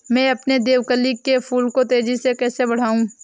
मैं अपने देवकली के फूल को तेजी से कैसे बढाऊं?